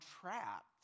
trapped